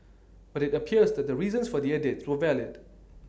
but IT appears that the reasons for the edits were valid